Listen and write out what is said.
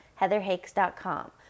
heatherhakes.com